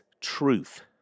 truth